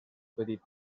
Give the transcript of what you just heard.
petit